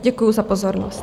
Děkuji za pozornost.